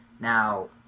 Now